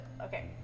Okay